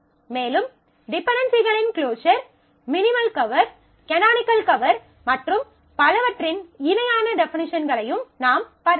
மேலும் டிபென்டென்சிகளின் closure minimal cover canonical cover மற்றும் பலவற்றின் இணையான டெஃபனிஷன்களையும் நாம் பார்க்கலாம்